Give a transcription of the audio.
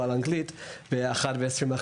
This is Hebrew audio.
בשעה 13:20,